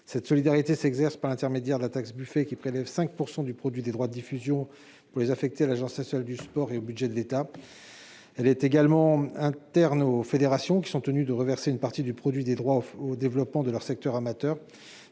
de solidarité, laquelle s'exerce par l'intermédiaire de la taxe Buffet. L'État prélève ainsi 5 % du produit des droits de diffusion pour les affecter à l'Agence nationale du sport et au budget de l'État. Cette solidarité s'exerce également au sein des fédérations, qui sont tenues de reverser une partie du produit des droits au développement de leur secteur amateur.